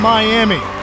Miami